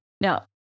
Now